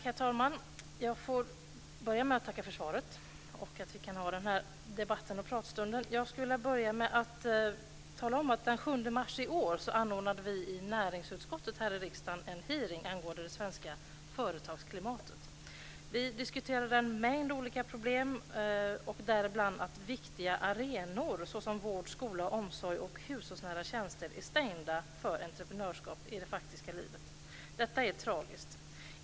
Herr talman! Jag får börja med att tacka för svaret och för att vi kan ha denna debatt och pratstund. Jag skulle vilja börja med att tala om att den 7 mars i år anordnade vi i näringsutskottet här i riksdagen en hearing angående det svenska företagsklimatet. Vi diskuterade en mängd olika problem, däribland att viktiga arenor såsom vård, skola, omsorg och hushållsnära tjänster är stängda för entreprenörskap i det faktiska livet. Detta är tragiskt.